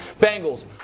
Bengals